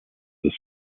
the